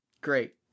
Great